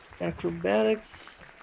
Acrobatics